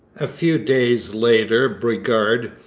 a few days later bridgar,